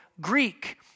Greek